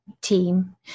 team